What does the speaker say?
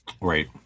Right